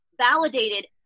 validated